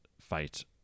fight